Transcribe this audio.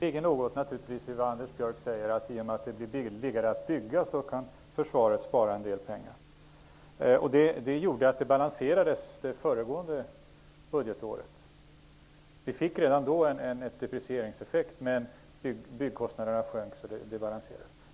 Herr talman! Som Anders Björck säger kan försvaret naturligtvis spara en del pengar i och med att blir billigare att bygga. Det gjorde att effekterna balanserades föregående budgetår. Vi fick redan då en deprecieringseffekt, men byggkostnaderna sjönk. Då balanserades det hela.